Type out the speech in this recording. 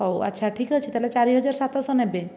ହଉ ଆଚ୍ଛା ଠିକ୍ ଅଛି ତାହେଲେ ଚାରି ହଜାର ସାତଶହ ନେବେ